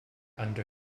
under